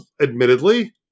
admittedly